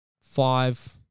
five